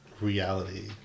reality